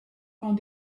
quand